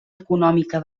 econòmica